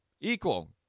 Equal